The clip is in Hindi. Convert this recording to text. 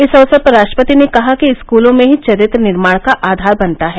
इस अवसर पर राष्ट्रपति ने कहा कि स्कूलों में ही चरित्र निर्माण का आधार बनता है